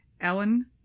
Ellen